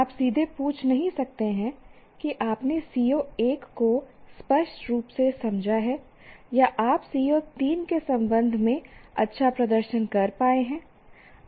आप सीधे पूछ नहीं सकते कि आपने CO 1 को स्पष्ट रूप से समझा है या आप CO 3 के संबंध में अच्छा प्रदर्शन कर पाए हैं